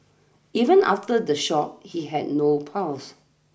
even after the shock he had no pulse